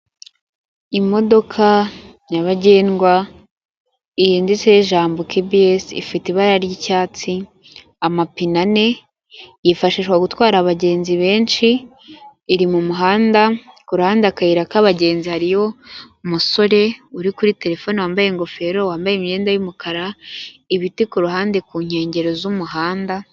Imodoka nyabagendwa yanditseho ijambo Kebiyesi ifite ibara ry'icyatsi, amapine ane yifashishwa gutwara abagenzi benshi, iri mu muhanda ku ruhande akayira k'abagenzi hariyo umusore uri kuri terefone wambaye ingofero wambaye imyenda y'umukara, ibiti ku ruhande ku nkengero z'umuhanda.